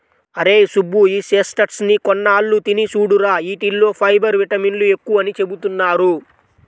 అరేయ్ సుబ్బు, ఈ చెస్ట్నట్స్ ని కొన్నాళ్ళు తిని చూడురా, యీటిల్లో ఫైబర్, విటమిన్లు ఎక్కువని చెబుతున్నారు